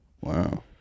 Wow